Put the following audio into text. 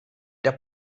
der